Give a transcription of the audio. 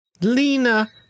Lena